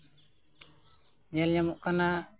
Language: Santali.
ᱧᱮᱞ ᱧᱟᱢᱚᱜ ᱠᱟᱱᱟ